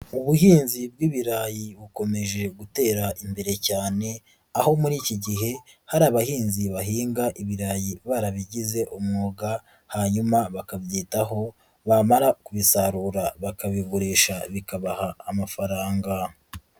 Ubuhinzi bw'ibirayi bukomeje gutera imbere cyane, aho muri iki gihe hari abahinzi bahinga ibirayi barabigize umwuga, hanyuma bakabyitaho, bamara kubisarura bakabigurisha, bikabaha amafaranga.